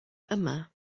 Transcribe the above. yma